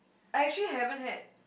I actually haven't had